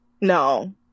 No